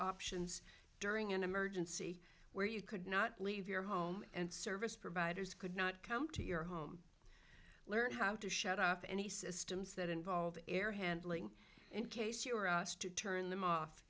options during an emergency where you could not leave your home and service providers could not come to your home learn how to shut off any systems that involve air handling in case you are asked to turn them off